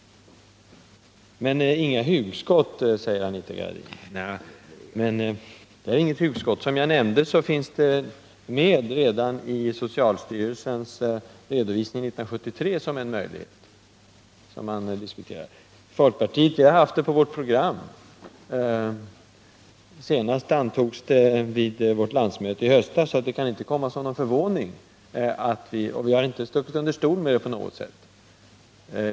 Inga hugskott, tack, säger Anita Gradin. Men det här är inget hugskott. Som jag nämnde finns förslaget med redan i socialstyrelsens redovisning 1973 som en möjlighet man diskuterade. Och folkpartiet har haft det i sitt program. Senast antogs det vid landsmötet i höstas. Och vi har inte stuckit under stol med det på något sätt.